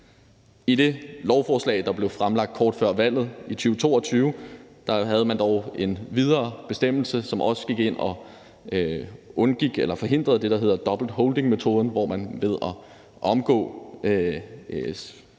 I det lovforslag, der blev fremsat kort før valget i 2022, havde man dog en bestemmelse, som også gik ind og forhindrede det, der hedder dobbelt holding-metoden, hvor man ved at omgå